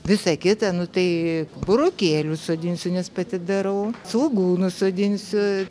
visa kita nu tai burokėlių sodinsiu nes pati darau svogūnus sodinsiu